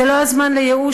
זה לא הזמן לייאוש,